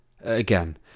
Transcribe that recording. Again